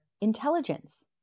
intelligence